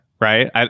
right